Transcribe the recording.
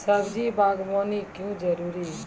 सब्जी बागवानी क्यो जरूरी?